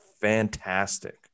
fantastic